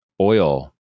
oil